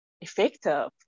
effective